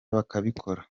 bakabikora